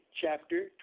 chapter